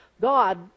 God